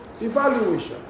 evaluation